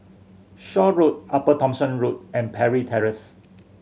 Shaw Road Upper Thomson Road and Parry Terrace